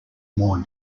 more